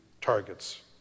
targets